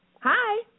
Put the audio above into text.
Hi